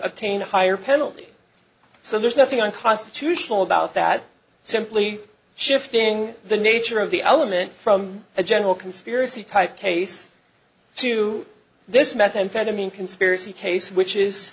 obtain a higher penalty so there's nothing unconstitutional about that simply shifting the nature of the element from a general conspiracy type case to this methamphetamine conspiracy case which is